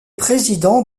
président